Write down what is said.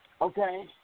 Okay